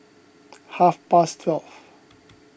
half past twelve